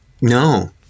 No